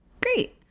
Great